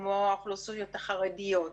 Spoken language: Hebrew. כמו האוכלוסיות החרדיות,